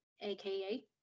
aka